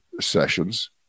sessions